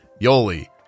Yoli